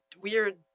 weird